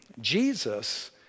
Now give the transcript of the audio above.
Jesus